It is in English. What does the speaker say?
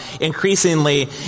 increasingly